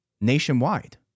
nationwide